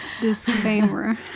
disclaimer